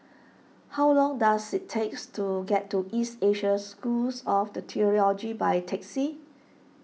how long does it takes to get to East Asia School of theology by taxi